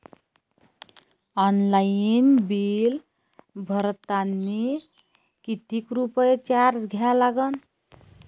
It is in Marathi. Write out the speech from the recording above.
ऑनलाईन बिल भरतानी कितीक रुपये चार्ज द्या लागन?